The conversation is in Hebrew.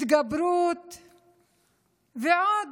התגברות ועוד,